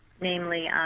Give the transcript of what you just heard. namely